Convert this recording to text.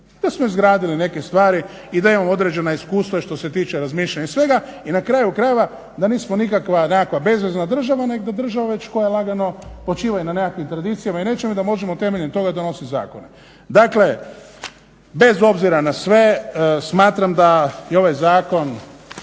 Da smo izgradili neke stvari i da imamo određena iskustva i što se tiče razmišljanja i svega i na kraju krajeva da nismo nikakva nekakva bezvezna država nego država već koja lagano počiva i na nekakvim tradicijama i nečemu i da možemo temeljem toga donositi zakone. Dakle, bez obzira na sve smatram da je ovaj zakon